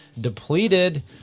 depleted